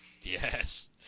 Yes